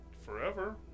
forever